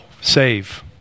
save